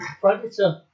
Predator